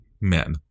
men